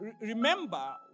remember